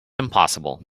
impossible